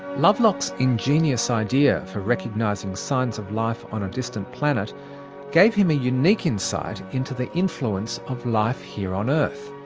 lovelock's ingenious idea for recognising signs of life on a distant planet gave him a unique insight into the influence of life here on earth.